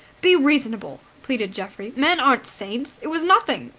be reasonable! pleaded geoffrey. men aren't saints! it was nothing.